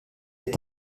est